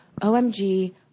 OMG